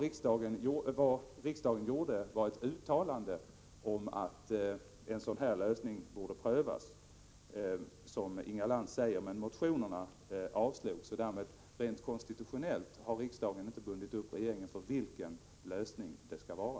Riksdagen gjorde ett uttalande om att en sådan lösning borde prövas, som Inga Lantz sade, men motionerna avslogs. Så rent konstitutionellt har riksdagen inte bundit upp regeringen för vilken lösning det skall vara.